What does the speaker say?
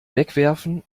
wegwerfen